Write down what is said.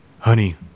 Honey